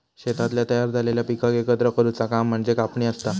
शेतातल्या तयार झालेल्या पिकाक एकत्र करुचा काम म्हणजे कापणी असता